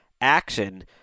action